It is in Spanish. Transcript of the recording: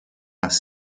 más